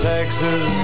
Texas